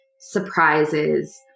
surprises